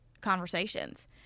conversations